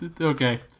Okay